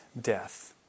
death